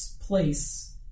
place